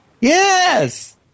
Yes